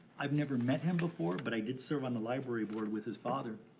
i've never met him before but i did serve on the library board with his father.